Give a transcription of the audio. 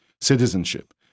citizenship